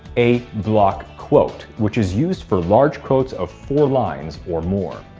a block quote, which is used for large quotes of four lines or more.